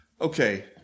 Okay